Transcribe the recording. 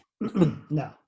No